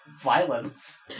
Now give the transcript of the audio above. violence